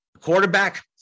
quarterback